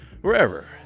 wherever